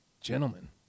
gentlemen